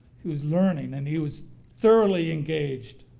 he was learning and he was thoroughly engaged.